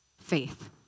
faith